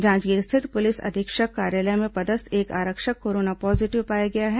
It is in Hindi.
जांजगीर स्थित पुलिस अधीक्षक कार्यालय में पदस्थ एक आरक्षक कोरोना पॉजीटिव पाया गया है